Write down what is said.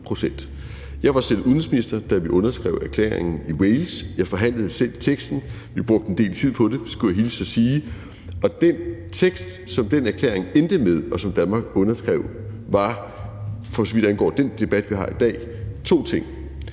Jeg var selv udenrigsminister, da vi underskrev erklæringen i Wales. Jeg forhandlede selv teksten. Vi brugte en del tid på det, skulle jeg hilse og sige, og den tekst, som den erklæring endte med, og som Danmark underskrev, indeholdt, for så vidt angår den debat, vi har i dag, to ting: